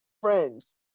friends